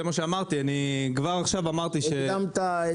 כבר הקדמתי,